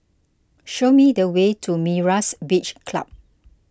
show me the way to Myra's Beach Club